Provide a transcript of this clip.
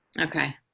Okay